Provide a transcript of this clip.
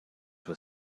were